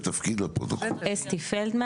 לחוק הזה